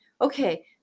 okay